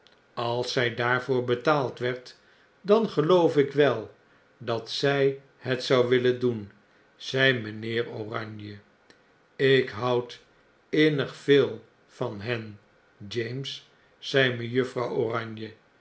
als zy daarvoor betaald werd dan geloof ik wel dat zy het zou willen doen zei mynheer oranje ik houd innig veel van hen james zei mejuffrouw oranje